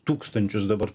tūkstančius dabar